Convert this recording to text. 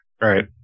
Right